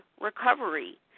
recovery